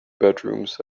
bedrooms